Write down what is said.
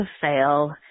fail